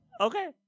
Okay